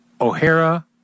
O'Hara